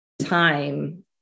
time